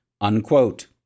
unquote